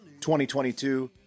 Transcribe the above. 2022